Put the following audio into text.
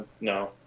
no